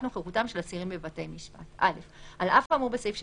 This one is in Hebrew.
נוכחותם של אסירים בבתי משפט 22. א)על אף האמור בסעיף 16(א)